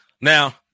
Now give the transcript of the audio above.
now